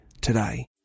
today